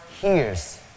hears